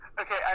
Okay